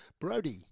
Brody